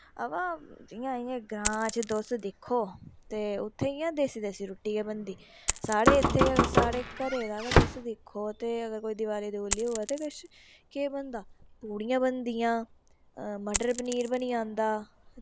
अवा इ'यां इ'यां ग्रांऽ च तुस दिक्खो ते उत्थें इ'यां देस्सी देस्सी रुट्टी गै बनदी साढ़े इत्थे घरे दा गै तुस दिक्खो ते अगर कोई दिवाली दवुली होऐ ते किश केह् बनदा पूड़ियां बनदियां मटर पनीर बनी'जंदा